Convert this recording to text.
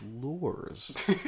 lures